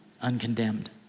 uncondemned